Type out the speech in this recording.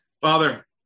Father